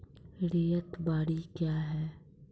रैयत बाड़ी क्या हैं?